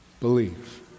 believe